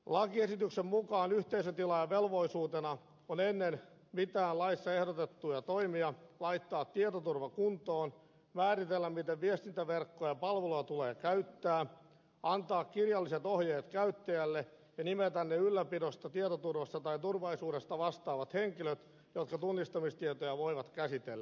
lakiesityksen mukaan yhteisötilaajan velvollisuutena on ennen mitään laissa ehdotettuja toimia laittaa tietoturva kuntoon määritellä miten viestintäverkkoja ja palveluja tulee käyttää antaa kirjalliset ohjeet käyttäjälle ja nimetä ne ylläpidosta tietoturvasta tai turvallisuudesta vastaavat henkilöt jotka tunnistamistietoja voivat käsitellä